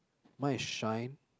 mine is shine